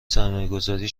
سرمایهگذاری